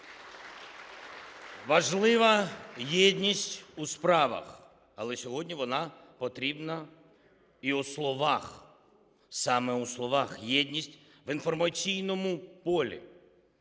Важлива єдність у справах, але сьогодні вона потрібна і у словах. Саме у словах єдність в інформаційному полі,